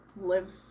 live